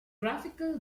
graphical